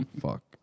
Fuck